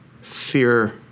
fear